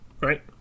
right